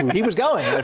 he was going. but